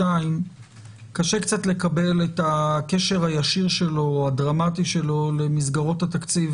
קשה קצת לקבל את הקשר הישיר שלו או הדרמטי שלו למסגרות התקציב